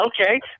okay